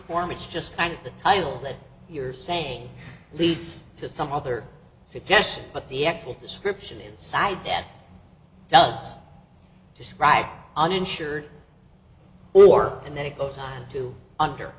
form it's just and the title that you're saying leads to some other suggestion but the actual description inside that does describe uninsured or and then it goes on to under